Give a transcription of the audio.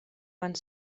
ans